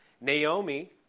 Naomi